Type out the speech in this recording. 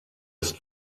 ist